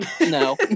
No